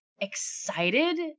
excited